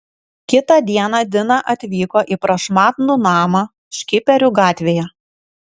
kitą dieną dina atvyko į prašmatnų namą škiperių gatvėje